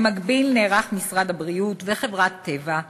במקביל, נערכים משרד הבריאות וחברת "טבע"